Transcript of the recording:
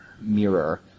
mirror